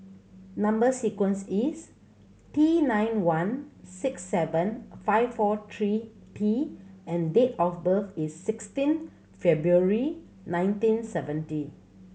number sequence is T nine one six seven five four three T and date of birth is sixteen February nineteen seventy